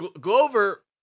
Glover